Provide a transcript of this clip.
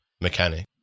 mechanic